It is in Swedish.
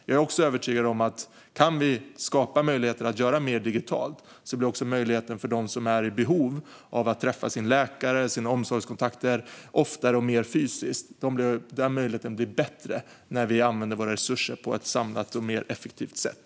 Jag är också övertygad om att om vi kan skapa möjligheter att göra mer digitalt blir även möjligheten större för dem som är i behov av att träffa sin läkare och sina omsorgskontakter oftare och mer fysiskt att göra just detta. Den möjligheten ökar när vi använder våra resurser på ett samlat och mer effektivt sätt.